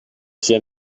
suis